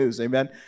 Amen